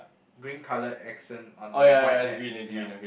green colour accent on the white hat yup